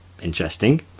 interesting